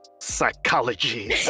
psychology